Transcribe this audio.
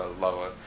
lower